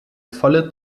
volle